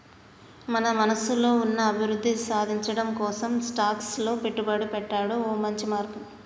మన మనసులో ఉన్న అభివృద్ధి సాధించటం కోసం స్టాక్స్ లో పెట్టుబడి పెట్టాడు ఓ మంచి మార్గం